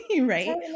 right